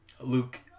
Luke